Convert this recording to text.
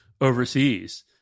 overseas